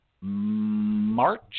March